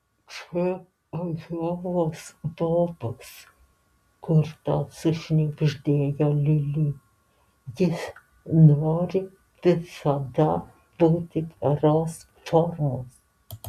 čia ajovos bobas kartą sušnibždėjo lili jis nori visada būti geros formos